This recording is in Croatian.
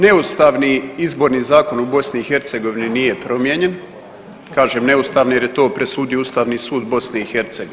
Neustavni Izborni zakon u BiH nije promijenjen, kažem neustavni jer je to presudio Ustavni sud BiH.